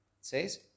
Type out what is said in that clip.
says